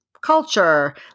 culture